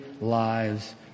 lives